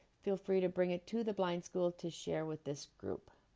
feel free to bring it to the blind school to share with this group.